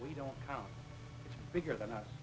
we don't count bigger than us